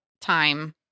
time